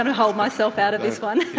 and hold myself out of this one.